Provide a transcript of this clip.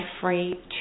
free